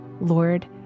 Lord